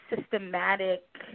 systematic